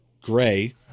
gray